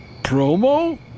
promo